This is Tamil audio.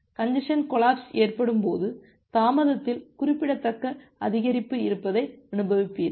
கஞ்ஜசன் கொலாப்ஸ் ஏற்படும் போது தாமதத்தில் குறிப்பிடத்தக்க அதிகரிப்பு இருப்பதை அனுபவிக்கிறீர்கள்